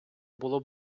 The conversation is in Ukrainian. було